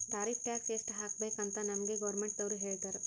tariff tax ಎಸ್ಟ್ ಹಾಕಬೇಕ್ ಅಂತ್ ನಮ್ಗ್ ಗೌರ್ಮೆಂಟದವ್ರು ಹೇಳ್ತರ್